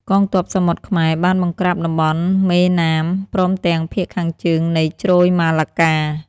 កងទ័ពសមុទ្រ ខ្មែរ បានបង្ក្រាបតំបន់មេណាម ព្រមទាំងភាគខាងជើងនៃជ្រោយម៉ាឡាកា។